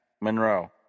Monroe